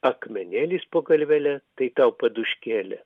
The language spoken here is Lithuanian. akmenėlis po galvele tai tau paduškėlė